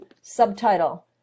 subtitle